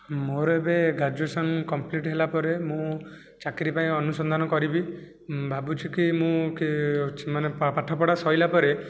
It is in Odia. ମୋର ଏବେ ଗ୍ରାଜୁଏସନ୍ କମ୍ପ୍ଲିଟ୍ ହେଲାପରେ ମୁଁ ଚାକିରି ପାଇଁ ଅନୁସନ୍ଧାନ କରିବି ଭାବୁଛିକି ମୁଁ କି ଅଛି ମାନେ ପାଠପଢ଼ା ସରିଲା ପରେ